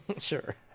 sure